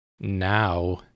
now